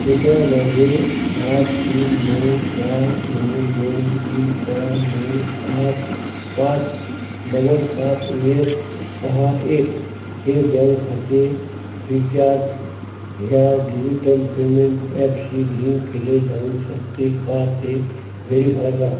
कृपया माझे आठ तीन नऊ चार नऊ दोन तीन चार नऊ आठ पाच डबल सात एक सहा एक हे बँक खाते फ्रीचार्ज ह्या डिजिटल पेमेंट ॲपशी लिंक केले जाऊ शकते का ते व्हेरीफाय करा